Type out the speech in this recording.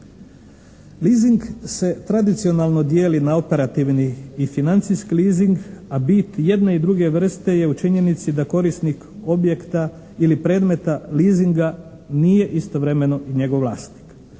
Leasing se tradicionalno dijeli na operativni i financijski leasing, a bit jedne i druge vrste je u činjenici da korisnik objekta ili predmeta leasinga nije istovremeno i njegov vlasnik.